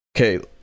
Okay